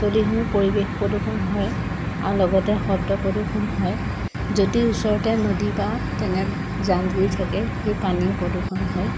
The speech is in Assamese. স্থলীসমূহ পৰিৱেশ প্ৰদূষণ হয় আৰু লগতে শব্দ প্ৰদূষণ হয় যদি ওচৰতে নদী বা তেনে জান জুৰি থাকে সেই পানীও প্ৰদূষণ হয়